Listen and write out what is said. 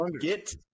Get